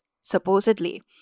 supposedly